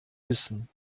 wissen